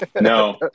no